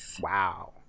Wow